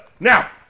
Now